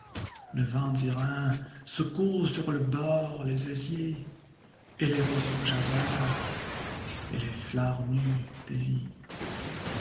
le vent du rhin secoue sur le bord les osiers et les roseaux jaseurs et les fleurs nues des vignes